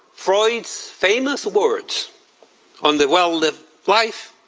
freud's famous words on the well-lived life,